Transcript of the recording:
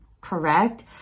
correct